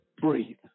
breathe